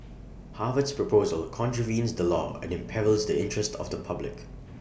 Harvard's proposal contravenes the law and imperils the interest of the public